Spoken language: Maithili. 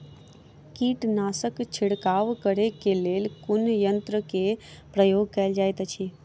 कीटनासक छिड़काव करे केँ लेल कुन यंत्र केँ प्रयोग कैल जाइत अछि?